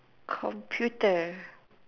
computer